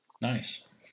Nice